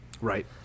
Right